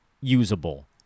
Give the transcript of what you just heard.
usable